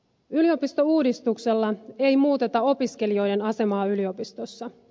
yliopistouudistuksella ei muuteta opiskelijoiden asemaa yliopistoissa